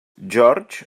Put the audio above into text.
george